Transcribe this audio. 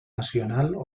nacional